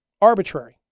arbitrary